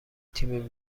تیم